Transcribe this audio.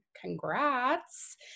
Congrats